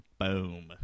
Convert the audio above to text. Boom